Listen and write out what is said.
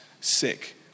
sick